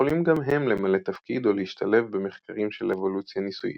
יכולים גם הם למלא תפקיד או להשתלב במחקרים של אבולוציה ניסויית.